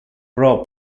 pro